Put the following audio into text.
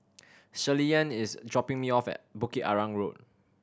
Shirleyann is dropping me off at Bukit Arang Road